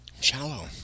shallow